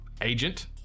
Agent